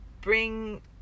bring